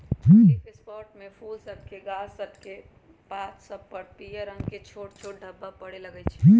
leaf spot में फूल सभके गाछ सभकेक पात सभ पर पियर रंग के छोट छोट ढाब्बा परै लगइ छै